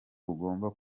ugomba